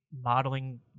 Modeling